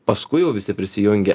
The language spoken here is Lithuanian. paskui jau visi prisijungė